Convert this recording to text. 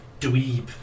dweeb